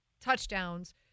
touchdowns